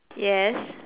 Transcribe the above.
yes